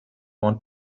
want